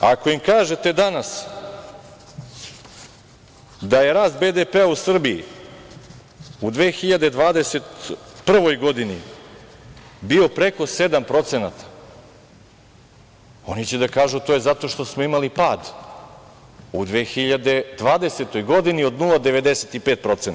Ako im kažete danas da je rast BDP-a u Srbiji u 2021. godini bio preko 7%, oni će da kažu to je zato što smo imali pad u 2020. godini od 0,95%